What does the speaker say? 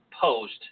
post